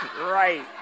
right